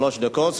שלוש דקות.